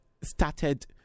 started